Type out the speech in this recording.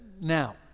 now